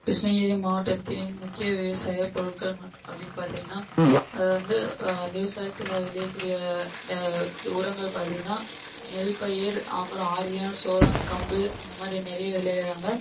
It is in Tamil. கிருஷ்ணகிரி மாவட்டத்தின் முக்கிய விவசாயப் பொருட்கள் மட் அப்படின்னு பார்த்திங்கன்னா அது வந்து விவசாயத்தில் விளையக்கூடிய உரங்கள் பார்த்திங்கன்னா நெற்பயிர் அப்புறம் ஆரியா சோளம் கம்பு அந்த மாதிரி நிறைய விளைகிறாங்க